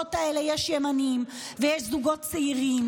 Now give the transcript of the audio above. ברחובות האלה יש ימנים ויש זוגות צעירים